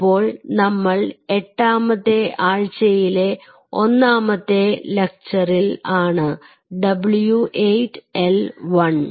അപ്പോൾ നമ്മൾ എട്ടാമത്തെ ആഴ്ചയിലെ ഒന്നാമത്തെ ലെക്ചറിൽ ആണ് W8 L1